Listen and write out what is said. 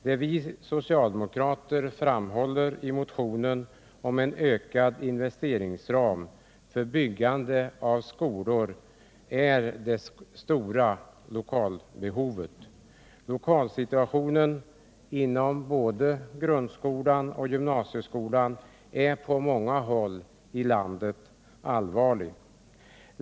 Det vi socialdemokrater framhåller i motionen om en ökad investeringsram för byggande av skolor är det stora lokalbehovet. Lokalsituationen både inom grundskolan och inom gymnasieskolan är på många håll i landet allvarlig.